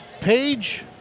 Page